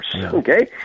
okay